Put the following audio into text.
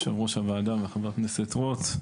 יו"ר הוועדה וחבר הכנסת רוט.